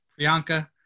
Priyanka